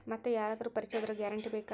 ಮತ್ತೆ ಯಾರಾದರೂ ಪರಿಚಯದವರ ಗ್ಯಾರಂಟಿ ಬೇಕಾ?